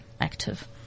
active